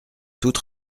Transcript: toute